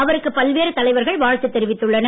அவருக்கு பல்வேறு தலைவர்கள் வாழ்த்து தெரிவித்துள்ளனர்